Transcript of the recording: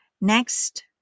Next